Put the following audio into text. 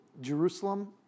Jerusalem